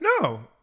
No